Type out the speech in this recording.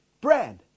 bread